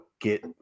get